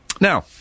Now